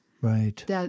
Right